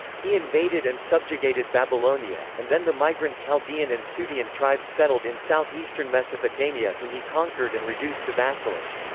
he invaded and subjugated babylonia, and then the migrant chaldean and sutean tribes settled in south eastern mesopotamia whom he conquered and reduced to vassalage.